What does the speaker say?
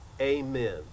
Amen